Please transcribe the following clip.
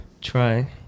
try